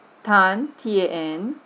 tan T A N